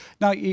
Now